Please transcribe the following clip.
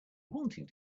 wanting